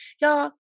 y'all